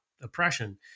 oppression